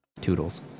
Toodles